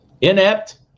inept